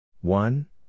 One